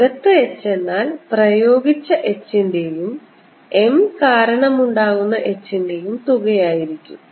അകത്ത് H എന്നാൽ പ്രയോഗിച്ച H ൻറെയും m കാരണമുണ്ടാകുന്ന H ൻറെയും തുകയായിരിക്കും